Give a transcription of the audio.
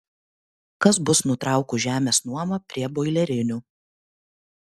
kas bus nutraukus žemės nuomą prie boilerinių